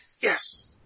Yes